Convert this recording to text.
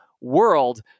world